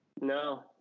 No